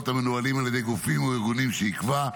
המנוהלים על ידי גופים או ארגונים שיקבע.